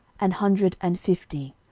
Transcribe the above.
an hundred and fifty.